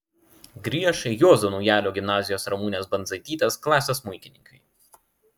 grieš juozo naujalio gimnazijos ramunės bandzaitytės klasės smuikininkai